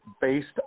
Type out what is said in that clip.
based